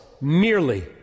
merely